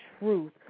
truth